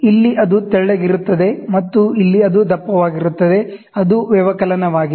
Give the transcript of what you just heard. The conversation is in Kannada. ಇಲ್ಲಿ ಅದು ತೆಳ್ಳಗಿರುತ್ತದೆ ಮತ್ತು ಇಲ್ಲಿ ಅದು ದಪ್ಪವಾಗಿರುತ್ತದೆ ಅದು ವ್ಯವಕಲನವಾಗಿದೆ